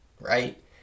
right